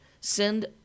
send